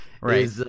Right